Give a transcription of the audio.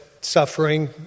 suffering